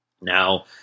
Now